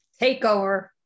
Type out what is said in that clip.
Takeover